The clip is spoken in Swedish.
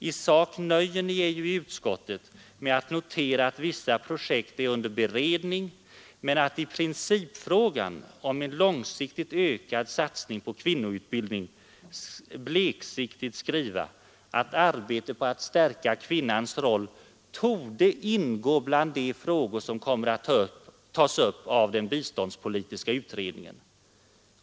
I sak nöjer ni ju er i utskottet med att notera, att vissa projekt är under beredning, men skriver bleksiktigt i principfrågan om en långsiktig ökad satsning på kvinnoutbildning, att arbetet på att stärka kvinnans roll ”torde ingå bland de frågor som kommer att tas upp av den biståndspolitiska utredningen”.